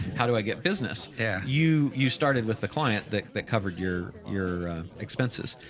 how do i get business? yeah. you, you started with the client that, that covered your, your expenses.